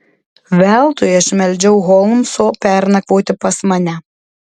veltui aš meldžiau holmso pernakvoti pas mane